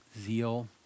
zeal